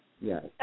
yes